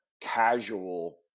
casual